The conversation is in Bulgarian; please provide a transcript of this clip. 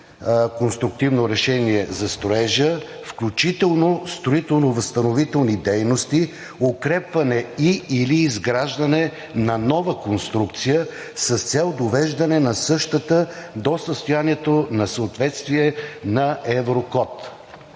конструктивно решение за строежа, включително строително-възстановителни дейности, укрепване и/или изграждане на нова конструкция с цел довеждане на същата до състоянието на съответствие на Еврокод“.